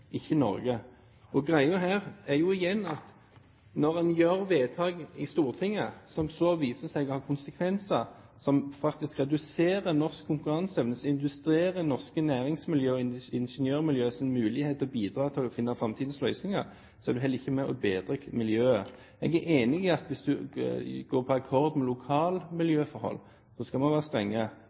ikke Norge. Greia her er jo igjen at når en gjør vedtak i Stortinget, som så viser seg å ha konsekvenser som faktisk reduserer norsk konkurranseevne, norske næringsmiljøer og ingeniørmiljøets mulighet til å bidra til å finne framtidens løsninger, er en heller ikke med på å bedre miljøet. Jeg er enig i at hvis en går på akkord med lokale miljøforhold, skal man være strenge.